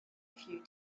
few